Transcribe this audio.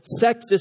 sexist